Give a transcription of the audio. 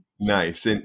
Nice